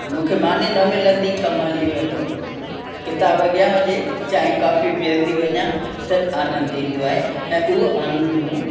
मूंखे मानी न मिलंदी कमु हली वेंदो किताबु अॻियां हुजे चांहि कॉफ़ी पीअंदी वञां त आनंद ईंदो आहे ऐं उहो आनंद मूं